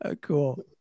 cool